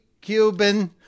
Cuban